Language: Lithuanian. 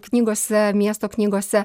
knygose miesto knygose